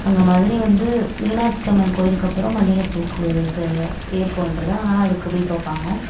அங்கே மதுரை வந்து மீனாட்சி அம்மன் கோயிலுக்கு அப்புறம் மல்லிகைப்பூக்கு ச பேர் போன்றது அதனால அதுக்கு போய் பார்ப்பாங்க